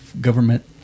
government